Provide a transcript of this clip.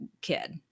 kid